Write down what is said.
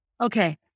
Okay